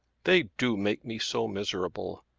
they do make me so miserable!